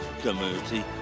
Community